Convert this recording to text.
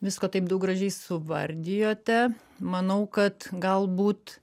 visko taip daug gražiai suvardijote manau kad galbūt